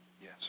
Yes